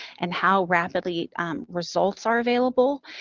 and how rapidly results are available,